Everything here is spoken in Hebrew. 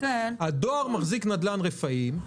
הדואר מחזיק נדל"ן רפאים.